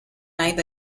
night